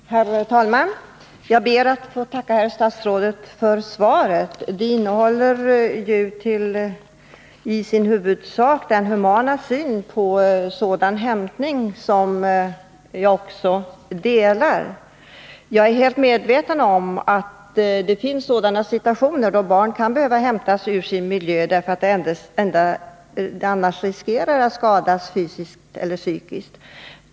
Herr talman! Jag ber att få tacka herr statsrådet för svaret. Det uttrycker i huvudsak den humana syn på polishämtning som jag också delar. Jag är helt medveten om att det finns situationer då barn kan behöva hämtas ur sin miljö därför att det annars riskerar att skadas fysiskt eller psykiskt.